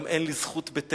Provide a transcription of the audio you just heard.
גם אין לי זכות בתל-אביב.